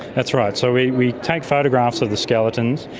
that's right, so we we take photographs of the skeletons,